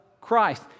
Christ